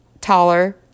taller